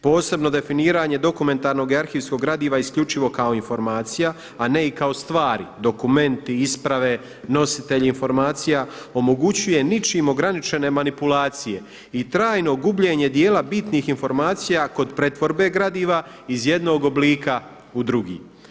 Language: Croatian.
Posebno definiranje dokumentarnog i arhivskog gradiva isključivo kao informacija, a ne i kao stvari, dokumenti, isprave, nositelji informacija omogućuje ničim ograničene manipulacije i trajno gubljenje dijela bitnih informacija kod pretvorbe gradiva iz jednog oblika u drugi.